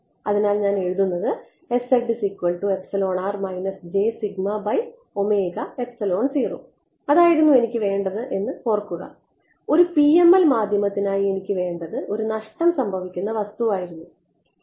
അതിനാൽ ഞാൻ എഴുതുന്നത് അതായിരുന്നു എനിക്ക് വേണ്ടത് എന്ന് ഓർക്കുക ഒരു PML മാധ്യമത്തിനായി എനിക്ക് വേണ്ടത് ഒരു നഷ്ടം സംഭവിക്കുന്ന വസ്തുവായിരുന്നു വേണ്ടത്